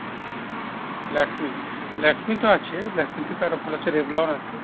ল্যাকমি ল্যাকমি তো আছে ল্যাকমি থেকে আরও ভালো হচ্ছে রেভলন আছে